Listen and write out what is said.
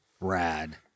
Rad